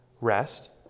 rest